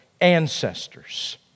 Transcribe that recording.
ancestors